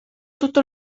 tutto